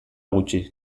gutxi